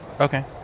okay